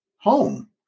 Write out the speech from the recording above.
home